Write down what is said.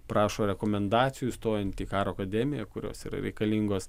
prašo rekomendacijų stojant į karo akademiją kurios yra reikalingos